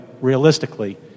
realistically